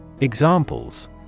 Examples